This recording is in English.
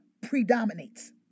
predominates